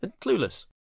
clueless